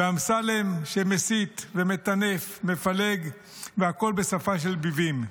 ואמסלם, שמסית ומטנף, מפלג, והכול בשפה של ביבים.